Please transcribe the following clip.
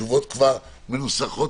מנוסחות,